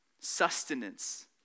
sustenance